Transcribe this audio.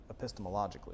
epistemologically